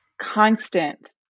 constant